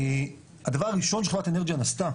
הדבר הראשון שחברת אנרג'יאן עשתה